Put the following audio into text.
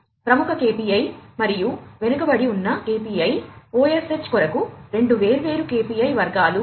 ప్రముఖ KPI మరియు వెనుకబడి ఉన్న KPI OSH కొరకు రెండు వేర్వేరు KPI వర్గాలు